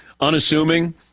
Unassuming